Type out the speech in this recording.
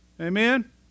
Amen